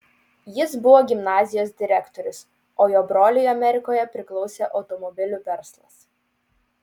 jis buvo gimnazijos direktorius o jo broliui amerikoje priklausė automobilių verslas